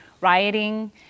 rioting